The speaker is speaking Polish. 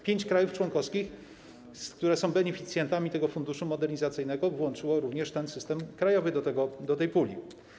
Pięć krajów członkowskich, które są beneficjentami tego Funduszu Modernizacyjnego, włączyło również system krajowy do tej puli.